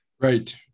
Right